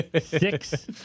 Six